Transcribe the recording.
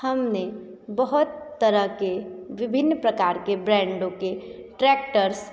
हमने बहुत तरह के विभिन्न प्रकार के ब्रांडो के ट्रैक्टर्स